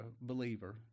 believer